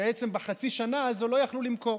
בחצי השנה הזאת לא יכלו למכור.